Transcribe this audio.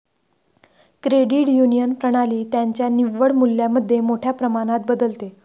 credit union प्रणाली त्यांच्या निव्वळ मूल्यामध्ये मोठ्या प्रमाणात बदलते